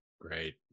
Great